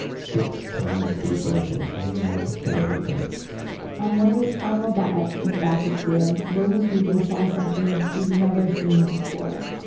six times deeper than anyone had ever been on one of his final dives in the bathysphere, william beebe saw something he'd never seen before